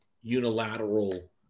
unilateral